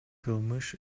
кылмыш